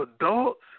adults